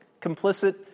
complicit